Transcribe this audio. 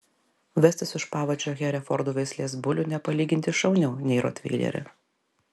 vestis už pavadžio herefordų veislės bulių nepalyginti šauniau nei rotveilerį